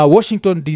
Washington